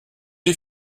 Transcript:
est